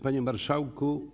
Panie Marszałku!